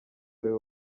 ariwe